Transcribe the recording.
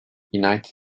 united